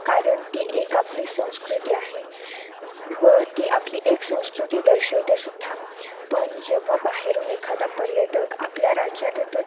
कारण ती एक आपली संस्कृती आहे व ती आपली एक संस्कृती दर्शवतेसुद्धा पण जेव्हा बाहेरून एखादा पर्यटक आपल्या राज्यात येतो